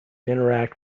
interact